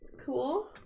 Cool